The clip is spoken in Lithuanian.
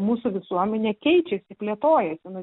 mūsų visuomenė keičiasi plėtojasi nu